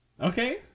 Okay